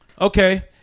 Okay